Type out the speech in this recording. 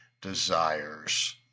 desires